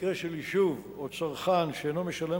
במקרה של יישוב או צרכן שאינו משלם